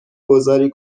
گذاری